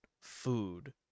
food